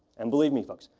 and, believe me, folks,